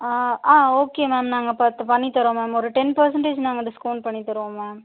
ஆ ஆ okay ma'am நாங்கள் பார்த்து பண்ணித் தரோம் மேம் ஒரு டென் பர்சன்டேஜ் நாங்கள் டிஸ்கவுண்ட் பண்ணி தருவோம் மேம்